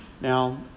Now